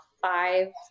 five